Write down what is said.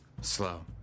slow